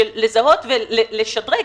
לזהות ולשדרג.